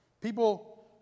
People